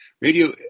radio